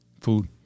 Food